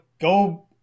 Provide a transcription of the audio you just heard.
go